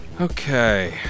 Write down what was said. Okay